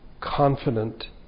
confident